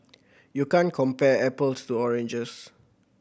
you can't compare apples to oranges